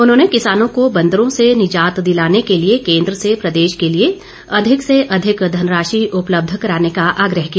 उन्होंने किसानों को बंदरों से निजात दिलाने के लिए केन्द्र से प्रदेश के लिए अधिक से अधिक धनराशि उपलब्ध कराने का आग्रह किया